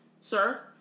sir